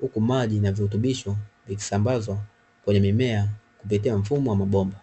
huku maji na virutubisho vikisambazwa kwenye mimea kupitia mfumo wa mabomba.